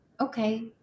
okay